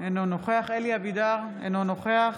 אינו נוכח אלי אבידר, אינו נוכח